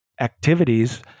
activities